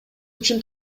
үчүн